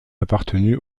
appartenu